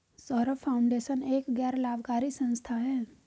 Saurabh foundation एक गैर लाभकारी संस्था है